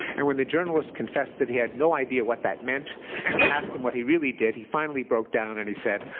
and when the journalist confessed that he had no idea what that meant and asked him what he really did, he finally broke down and he said,